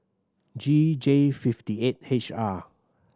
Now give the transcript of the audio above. G J fifty eight H R